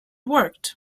worked